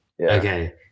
Okay